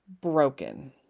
broken